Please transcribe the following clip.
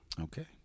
okay